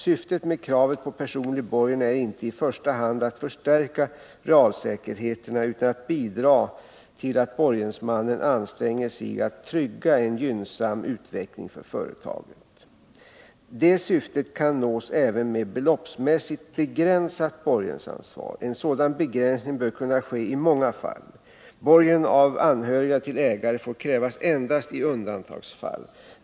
Syftet med kravet på personlig borgen är inte i första hand att förstärka realsäkerheterna, utan att bidra till att borgensmannen anstränger sig att trygga en gynnsam utveckling för företaget. Det syftet kan nås även med beloppsmässigt begränsat borgensansvar. En sådan begränsning bör kunna ske i många fall. Borgen av anhöriga till ägare får krävas endast i undantagsfall.